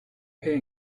pay